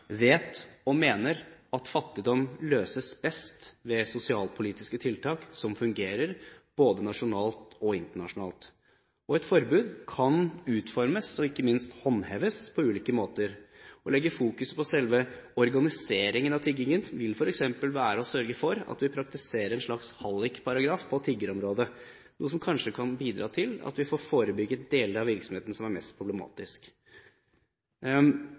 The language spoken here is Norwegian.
vet og mener at fattigdom løses best ved sosialpolitiske tiltak som fungerer både nasjonalt og internasjonalt. Et forbud kan utformes og ikke minst håndheves på ulike måter. Å fokusere på selve organiseringen av tiggingen vil f.eks. være å sørge for at vi praktiserer en slags hallikparagraf på tiggerområdet, noe som kanskje kan bidra til at vi får forebygget de deler av virksomheten som er mest problematisk.